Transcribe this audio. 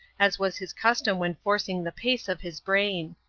as was his custom when forcing the pace of his brain.